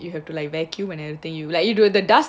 you have to like vacuum and everything you like you do the dust